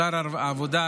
שר העבודה,